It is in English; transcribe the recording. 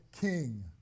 king